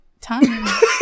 Time